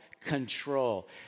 control